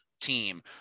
team